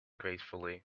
gracefully